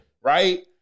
Right